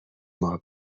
ماه